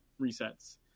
resets